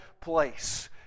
place